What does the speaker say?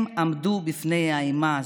הם עמדו בפני האימה הזאת.